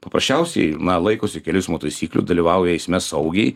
paprasčiausiai na laikosi kelių eismo taisyklių dalyvauja eisme saugiai